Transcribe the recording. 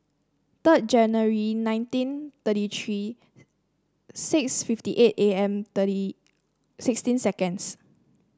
third January nineteen thirty three six fifty eight A M thirty sixteen seconds